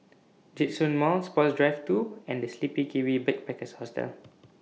Djitsun Mall Sports Drive two and The Sleepy Kiwi Backpackers Hostel